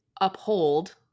uphold